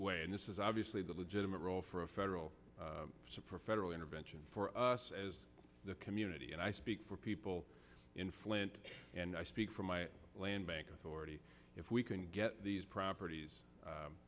way and this is obviously the legitimate role for a federal support federal intervention for us as the community and i speak for people in flint and i speak for my land bank authority if we can get these properties